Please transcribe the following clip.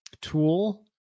tool